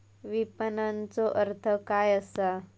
विपणनचो अर्थ काय असा?